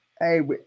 hey